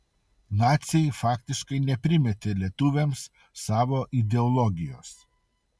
naciai faktiškai neprimetė lietuviams savo ideologijos